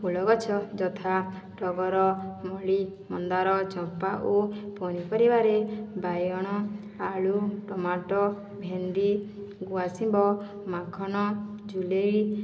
ଫୁଳ ଗଛ ଯଥା ଟଗର ମଳି ମନ୍ଦାର ଚମ୍ପା ଓ ପନିପରିବାରେ ବାଇଗଣ ଆଳୁ ଟମାଟୋ ଭେଣ୍ଡି ଗୁଆସିମ୍ବ ମାଖନ ଜୁଲେଇ